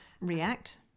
react